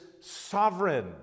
sovereign